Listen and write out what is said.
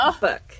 book